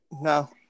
No